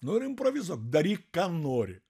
nu ir improvizuok daryk ką nori